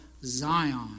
Zion